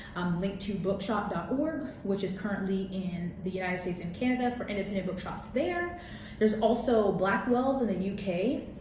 link to bookshop dot org which is currently in the united states and canada for independent bookshops. there there's also blackwell's in the u k.